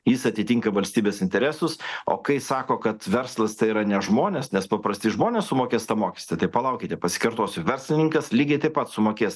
jis atitinka valstybės interesus o kai sako kad verslas tai yra ne žmonės nes paprasti žmonės sumokės tą mokestį tai palaukite pasikartosiu verslininkas lygiai taip pat sumokės